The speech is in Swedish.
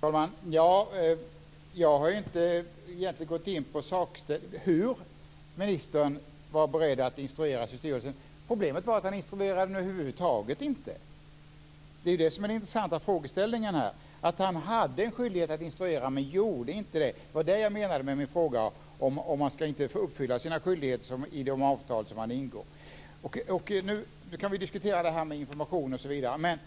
Fru talman! Jag har egentligen inte gått in på hur ministern var beredd att instruera styrelsen. Problemet var att han inte instruerade den över huvud taget. Det intressanta här är att han hade en skyldighet att instruera men inte gjorde det. Det var det min fråga gällde. Ska man inte uppfylla sina skyldigheter enligt de avtal som man ingår? Vi kan diskutera det här med information, osv, men